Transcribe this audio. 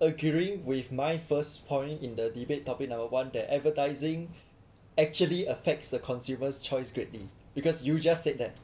a~ agreeing with my first point in the debate topic number one that advertising actually affects the consumers' choice greatly because you just said that